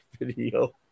video